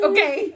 Okay